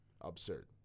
absurd